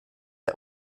der